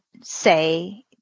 say